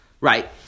Right